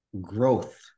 Growth